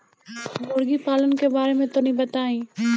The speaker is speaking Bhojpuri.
मुर्गी पालन के बारे में तनी बताई?